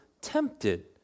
tempted